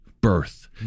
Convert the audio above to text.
birth